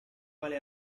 quale